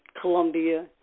Colombia